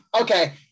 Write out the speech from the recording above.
okay